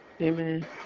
Amen